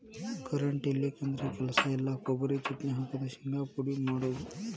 current ಇಲ್ಲಿಕಂದ್ರ ಕೆಲಸ ಇಲ್ಲಾ, ಕೊಬರಿ ಚಟ್ನಿ ಹಾಕುದು, ಶಿಂಗಾ ಪುಡಿ ಮಾಡುದು